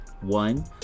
one